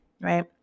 right